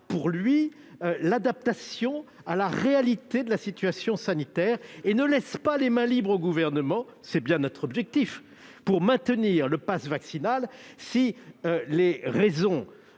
pour lui l'adaptation à la réalité de la situation sanitaire et ne laisse pas les mains libres au Gouvernement- c'est bien notre objectif, n'est-ce pas ? -de maintenir le passe vaccinal si les conditions